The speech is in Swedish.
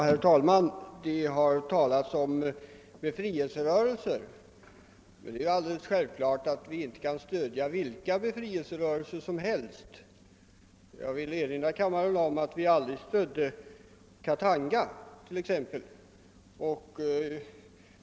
Herr talman! Här har talats om stöd åt befrielserörelser, men det är uppenbart att vi inte kan stödja vilka befrielserörelser som helst. Jag vill erinra kammaren om att vi t.ex. aldrig stödde Katanga.